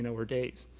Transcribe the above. know, or days.